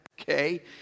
okay